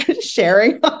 sharing